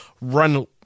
run